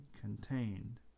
contained